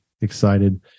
excited